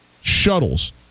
shuttles